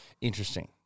Interesting